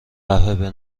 قهوه